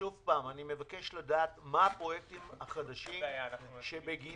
שוב אני מבקש לדעת מה הפרויקטים החדשים שבגינם